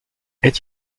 est